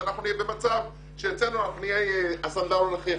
שאנחנו נהיה במצב שאצלנו הסנדלר הולך יחף.